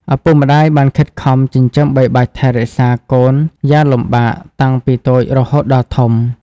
ឪពុកម្តាយបានខិតខំចិញ្ចឹមបីបាច់ថែរក្សាកូនយ៉ាងលំបាក តាំងពីតូចរហូតដល់ធំ។